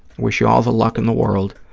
wish you all the luck in the world,